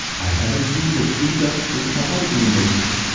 i haven't seen the three dots with my other green lasers.